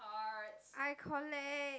I collect